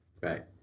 right